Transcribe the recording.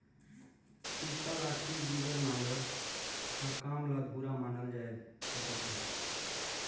इरता लाठी बिगर नांगर कर काम ल अधुरा मानल जाए सकत अहे